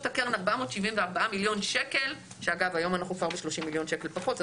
הקרן 474 מיליון שקל ועכשיו אנחנו כבר ב-30 מיליון שקל פחות,